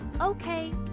Okay